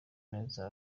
neza